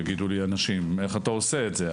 יגידו לי אנשים: איך אתה עושה את זה?